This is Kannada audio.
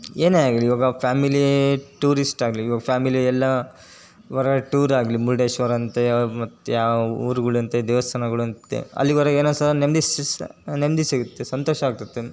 ಏನೇ ಆಗಲಿ ಇವಾಗ ಫ್ಯಾಮಿಲಿ ಟೂರಿಸ್ಟಾಗಲಿ ಇವಾಗ ಫ್ಯಾಮಿಲಿ ಎಲ್ಲ ಹೊರ್ಗಡ್ ಟೂರಾಗಲಿ ಮುರ್ಡೇಶ್ವರ ಅಂತೆ ಮತ್ಯಾವ ಊರುಗಳಂತೆ ದೇವ್ಸ್ಥಾನಗಳಂತೆ ಅಲ್ಲಿವರೆಗೆ ಏನೋ ಸ ನೆಮ್ಮದಿ ನೆಮ್ಮದಿ ಸಿಗುತ್ತೆ ಸಂತೋಷ ಆಗ್ತದೆ